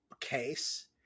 case